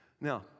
Now